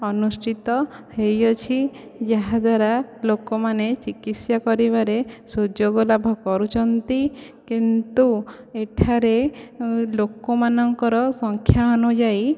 ଅନୁଷ୍ଠିତ ହୋଇଅଛି ଯାହାଦ୍ଵାରା ଲୋକମାନେ ଚିକିତ୍ସା କରିବାରେ ସୁଯୋଗ ଲାଭ କରୁଛନ୍ତି କିନ୍ତୁ ଏଠାରେ ଲୋକମାନଙ୍କର ସଂଖ୍ୟା ଅନୁଯାୟୀ